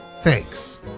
Thanks